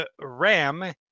Ram